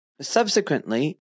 subsequently